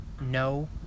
no